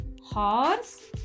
horse